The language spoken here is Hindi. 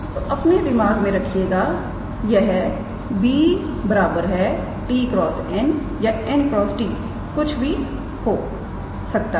तो अपने दिमाग में रखिएगा यह 𝑏̂ 𝑡̂× 𝑛̂ या 𝑛̂ × 𝑡̂ कुछ भी हो सकता है